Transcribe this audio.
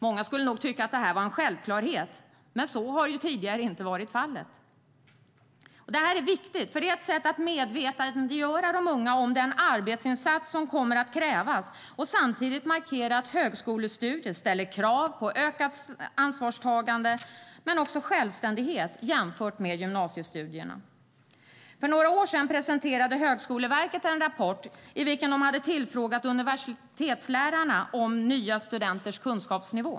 Många skulle nog tycka att det är en självklarhet, men så har tidigare inte varit fallet. Detta är ett sätt att medvetandegöra de unga om den arbetsinsats som kommer att krävas och samtidigt markera att högskolestudier ställer krav på ökat ansvarstagande och ökad självständighet jämfört med gymnasiestudier. För några år sedan presenterade Högskoleverket en rapport i vilken de hade tillfrågat universitetslärare om nya studenters kunskapsnivå.